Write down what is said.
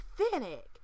authentic